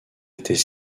était